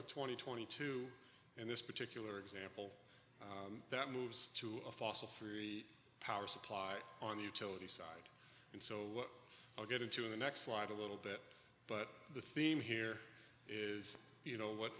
with twenty twenty two in this particular example that moves to a fossil free power supply on the utility side and so i'll get into in the next slide a little bit but the theme here is you know what